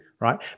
Right